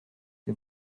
wir